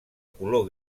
color